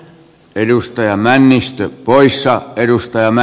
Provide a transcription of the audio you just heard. edustaja männistöä poissa edustajana